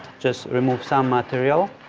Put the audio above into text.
just remove some material,